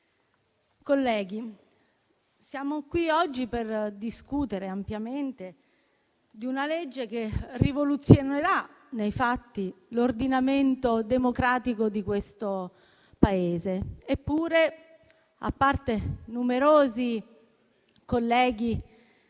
colleghi, siamo qui oggi per discutere ampiamente di una legge che rivoluzionerà nei fatti l'ordinamento democratico di questo Paese. Eppure, a parte numerosi colleghi